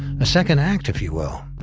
a second act if you will.